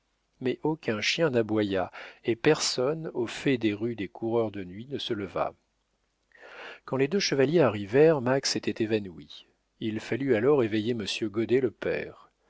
mais aucun chien n'aboya et personne au fait des ruses des coureurs de nuit ne se leva quand les deux chevaliers arrivèrent max était évanoui il fallut aller éveiller monsieur goddet le père